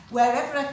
Wherever